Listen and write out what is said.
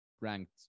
ranked